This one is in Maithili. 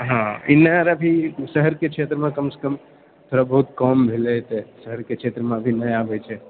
हँ ई लहर अभी शहरके क्षेत्रमे कमसँ कम थोड़ा बहुत कम भेलै शहरके क्षेत्रमे अभी नहि आबए छै